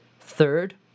Third